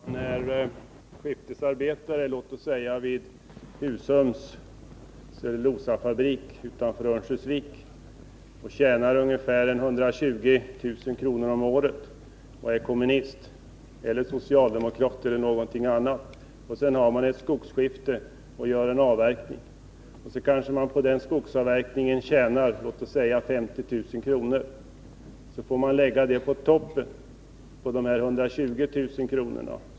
Fru talman! En skiftarbetare, låt oss säga vid Husums cellulosafabrik utanför Örnsköldsvik, tjänar ungefär 120 000 kr. om året och är kommunist eller socialdemokrat eller någonting annat. Om han sedan har ett skogsskifte och gör en avverkning som han tjänar 50 000 kr. på, får han lägga den inkomsten på toppen av de 120 000 kronorna.